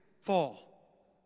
fall